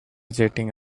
jetting